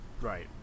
Right